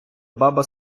баба